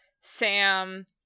Sam